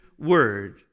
word